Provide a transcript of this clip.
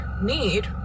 need